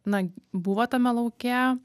na buvo tame lauke